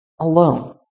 Alone